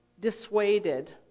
dissuaded